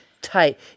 tight